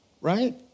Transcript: right